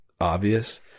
obvious